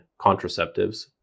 contraceptives